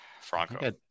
Franco